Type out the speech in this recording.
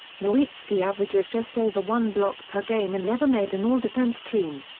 nowitzki averages just over one block per game and never made an all-defense team.